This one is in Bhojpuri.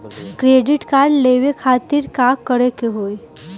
क्रेडिट कार्ड लेवे खातिर का करे के होई?